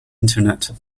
internet